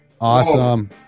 Awesome